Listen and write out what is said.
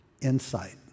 insight